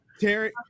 Terry